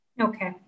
Okay